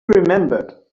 remembered